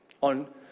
on